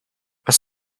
was